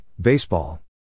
Baseball